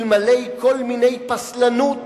אלמלא כל מיני פסלנות